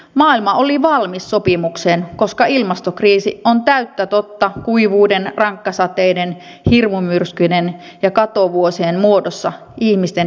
maailma oli valmis sopimukseen koska ilmastokriisi on täyttä totta kuivuuden rankkasateiden hirmumyrskyjen ja katovuosien muodossa ihmisten elämässä